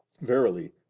Verily